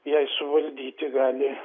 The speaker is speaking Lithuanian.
jai suvaldyti gali